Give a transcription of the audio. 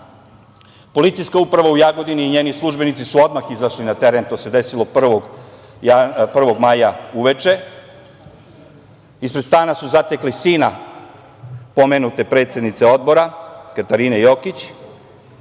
Policijska uprava u Jagodini i njeni službenici su odmah izašli na teren. To se desilo 1. maja uveče. Ispred stana su zatekli sina pomenute predsednice odbora, Katarine Jokić.